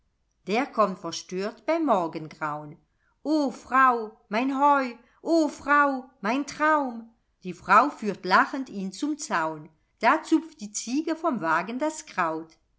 der kommt verstört beim morgengraun o frau mein heu o frau mein traum die frau führt lachend ihn zum zaun da zupft die ziege vom wagen das kraut